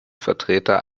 vertreter